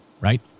right